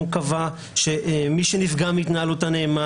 הוא קבע שמי שנפגע מהתנהלות הנאמן,